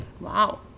Wow